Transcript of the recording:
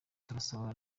turasaba